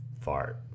fart